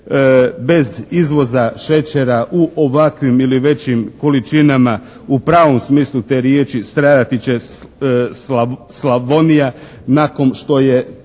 Bez izvoza šećera u ovakvim ili većim količinama u pravom smislu te riječi stradati će Slavonija nakon što je